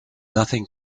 nothing